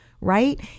right